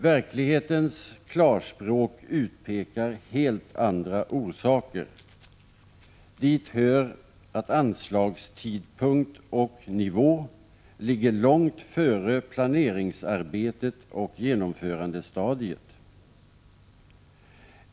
Verklighetens klarspråk utpekar helt andra orsaker. Dit hör att anslagstidpunkt och nivå ligger långt före planeringsarbetet och genomförandestadiet.